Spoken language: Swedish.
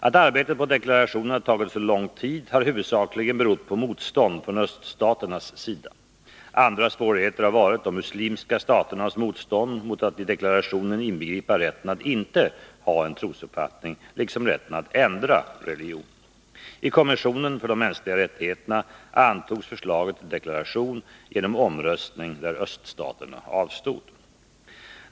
Att arbetet på deklarationen har tagit så lång tid har huvudsakligen berott på motstånd från öststaternas sida. Andra svårigheter har varit de muslimska staternas motstånd mot att i deklarationen inbegripa rätten att inte ha en 55 trosuppfattning, liksom rätten att ändra religion. I kommissionen för de mänskliga rättigheterna antogs förslaget till deklaration genom omröstning, där öststaterna avstod.